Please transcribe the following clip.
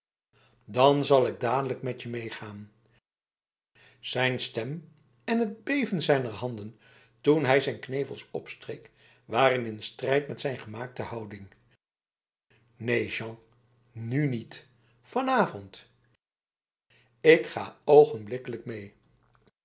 dan zal ik dadelijk met je meegaan zijn stem en het beven zijner handen toen hij zjjn knevels opstreek waren in strijd met zijn gemaakte houding neen jean nu niet vanavond ik ga ogenblikkelijk mee